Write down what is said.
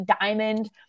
diamond